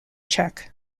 cheque